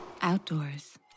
outdoors